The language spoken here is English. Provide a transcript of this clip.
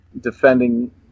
defending